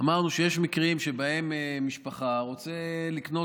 אמרנו שיש מקרים שבהם משפחה רוצה לקנות